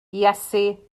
iesu